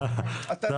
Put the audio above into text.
משה,